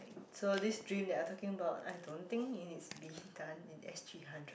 so this dream that are talking about I don't think it needs to be done in S_G-hundred